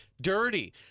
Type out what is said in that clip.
dirty